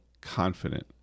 confident